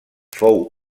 fou